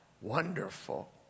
wonderful